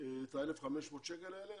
את ה-1,500 שקל האלה,